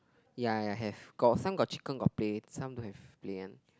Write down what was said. ya ya have got some got chicken got play some don't have play one